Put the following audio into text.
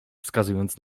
wskazując